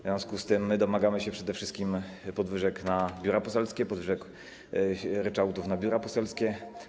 W związku z tym domagamy się przede wszystkim podwyżek środków na biura poselskie, podwyżek ryczałtów na biura poselskie.